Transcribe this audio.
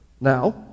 Now